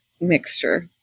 mixture